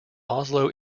oslo